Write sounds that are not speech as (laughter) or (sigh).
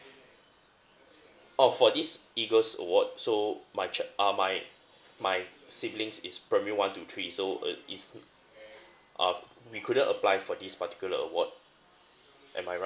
oh for this EAGLES award so my chi~ uh my my siblings is primary one to three so uh is (noise) uh we couldn't apply for this particular award am I right